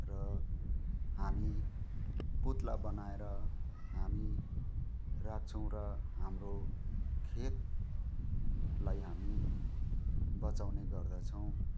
र हामी पुतला बनाएर हामी राख्छौँ र हाम्रो खेतलाई हामी बचाउने गर्दछौँ